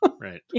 Right